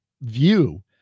view